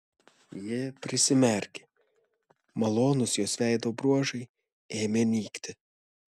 ji prisimerkė malonūs jos veido bruožai ėmė nykti